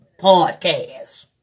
podcast